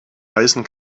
heißen